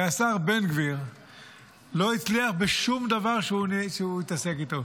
הרי השר בן גביר לא הצליח בשום דבר שהוא התעסק איתו.